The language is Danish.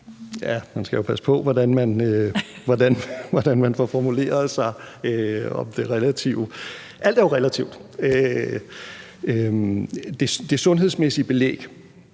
Man skal jo passe på, hvordan man får formuleret sig, altså om det relative. Alt er jo relativt. Det sundhedsmæssige belæg,